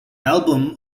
album